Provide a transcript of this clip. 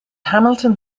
hamilton